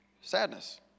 sadness